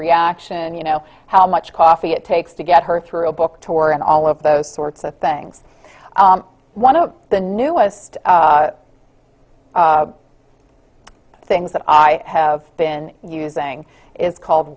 reaction you know how much coffee it takes to get her through a book tour and all of those sorts of things one of the newest things that i have been using is called